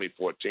2014